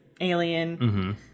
alien